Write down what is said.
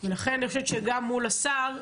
לכן אני חושבת שגם מול השר,